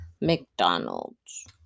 McDonald's